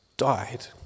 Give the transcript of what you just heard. died